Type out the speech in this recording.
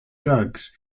drugs